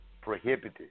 prohibited